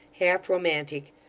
half romantic,